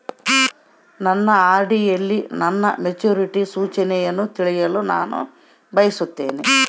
ನನ್ನ ಆರ್.ಡಿ ಯಲ್ಲಿ ನನ್ನ ಮೆಚುರಿಟಿ ಸೂಚನೆಯನ್ನು ತಿಳಿಯಲು ನಾನು ಬಯಸುತ್ತೇನೆ